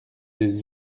des